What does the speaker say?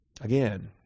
again